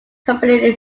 company